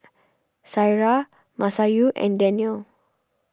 Syirah Masayu and Danial